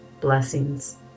blessings